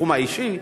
בתחום האישי,